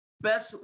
best